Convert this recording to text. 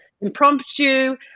impromptu